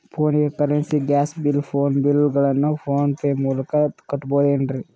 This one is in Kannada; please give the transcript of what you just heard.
ಫೋನಿಗೆ currency, gas bill, phone bill ಗಳನ್ನು ಫೋನ್ ಪೇ ಮೂಲಕ ಕಟ್ಟಬಹುದೇನ್ರಿ?